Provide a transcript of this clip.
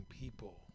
people